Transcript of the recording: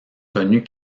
connu